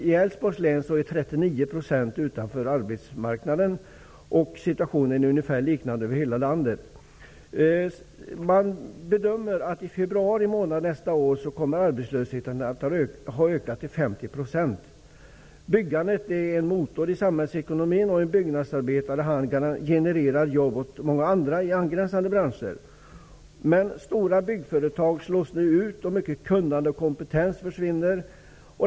I Älvsborgs län står 39 % av byggarbetarna utanför arbetsmarknaden, och situationen är liknande över hela landet. Man bedömer att arbetslösheten kommer att ha ökat till Byggandet är en motor i samhällsekonomin, och en byggnadsarbetare genererar jobb åt många andra i angränsande branscher. Men stora byggföretag slås nu ut, och mycket kunnande och kompetens försvinner.